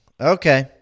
okay